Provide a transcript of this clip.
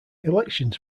elections